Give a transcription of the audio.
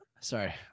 sorry